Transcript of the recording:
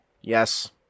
Yes